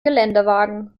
geländewagen